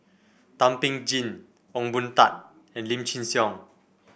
Thum Ping Tjin Ong Boon Tat and Lim Chin Siong